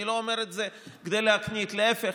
אני לא אומר את זה כדי להקניט, להפך.